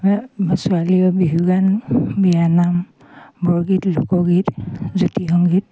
মোৰ ছোৱালী বিহুগান বিয়ানাম বৰগীত লোকগীত জ্যোতি সংগীত